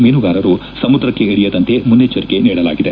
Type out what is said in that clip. ಮೀನುಗಾರರು ಸಮುದ್ರಕ್ಷೆ ಇಳಿಯದಂತೆ ಮುನ್ನೆಚ್ದರಿಕೆ ನೀಡಲಾಗಿದೆ